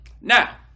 Now